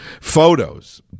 photos